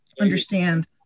understand